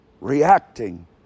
reacting